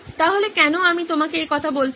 তাহলে কেন আমি তোমাকে এই কথা বলছি